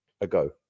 ago